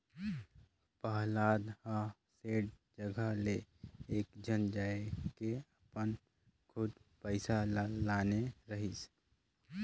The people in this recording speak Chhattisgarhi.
पहलाद ह सेठ जघा ले एकेझन जायके अपन खुद पइसा ल लाने रहिस